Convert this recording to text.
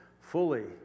fully